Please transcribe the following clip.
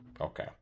Okay